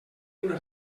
una